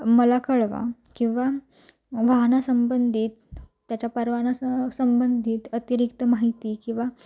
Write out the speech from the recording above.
मला कळवा किंवा वाहनासंबंधित त्याच्या परवाना सह संबंधित अतिरिक्त माहिती किंवा